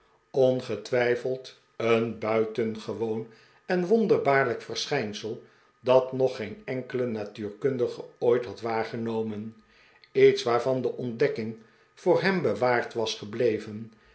ongetwijfeld een buitengewoon en wonderbaarlijk verschijnsel dat nog geen enkele natuurkundige ooit had waargenomen iets waarvan de ontdekking voor hem bewaard was gebleven